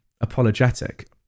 apologetic